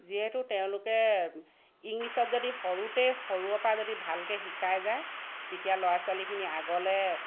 যিহেতু তেওঁলোকে ইংলিছত যদি সৰুতে সৰুৰ পৰা যদি ভালকে শিকাই যায় তেতিয়া ল'ৰা ছোৱালীখিনি আগলে